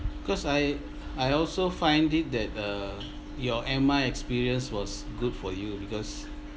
cause I I also find it that uh your M_I experience was good for you because